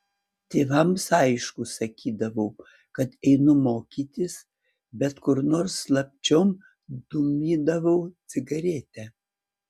tėvams aišku sakydavau kad einu mokytis bet kur nors slapčiom dūmydavau cigaretę